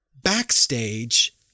backstage